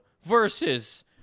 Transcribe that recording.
versus